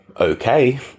okay